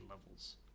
levels